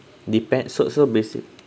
depend so so basic